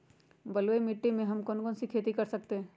बलुई मिट्टी में हम कौन कौन सी खेती कर सकते हैँ?